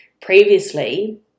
previously